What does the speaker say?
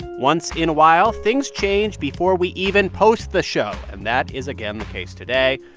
once in a while, things change before we even post the show. and that is again the case today.